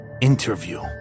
interview